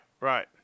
right